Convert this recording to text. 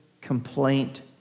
complaint